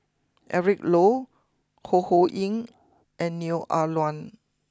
Eric Low Ho Ho Ying and Neo Ah Luan